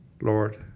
Lord